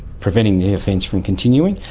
preventing the offence from continuing,